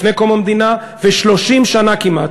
לפני קום המדינה ו-30 שנה כמעט,